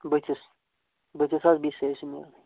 بُتھِس بُتھِس حظ بیٚیہِ سٲری نیرن